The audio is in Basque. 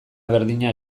berdina